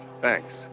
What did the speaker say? thanks